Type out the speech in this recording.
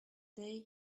day